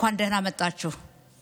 (אומרת באמהרית: ברוכים הבאים.)